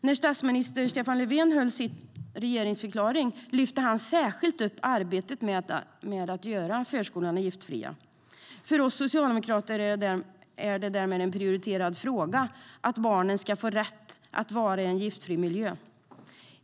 När statsminister Stefan Löfven höll sin regeringsförklaring lyfte han särskilt upp arbetet med att göra förskolorna giftfria. För oss socialdemokrater är det därmed en prioriterad fråga att barnen ska få rätt att vara i en giftfri miljö.